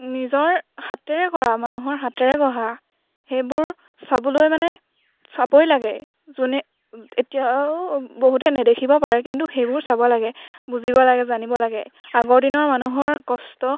নিজৰ হাতেৰে কৰা মানুহৰ হাতেৰে গঢ়া সেইবোৰ চাবলৈ মানে চাবই লাগে যোনে এতিয়াও বহুতে নেদেখিব পাৰে কিন্তু সেইবোৰ চাব লাগে বুজিব লাগে জানিব লাগে আগৰ দিনৰ মানুহৰ কষ্ট